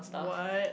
what